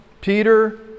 Peter